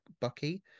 Bucky